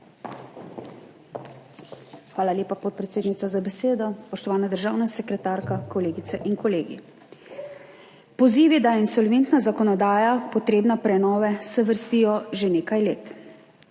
Hvala lepa, podpredsednica, za besedo. Spoštovana državna sekretarka, kolegice in kolegi! Pozivi, da je insolventna zakonodaja potrebna prenove, se vrstijo že nekaj let.